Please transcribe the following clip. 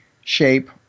shape